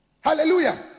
Hallelujah